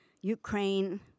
Ukraine